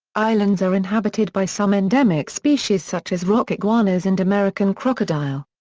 islands are inhabited by some endemic species such as rock iguanas and american crocodile.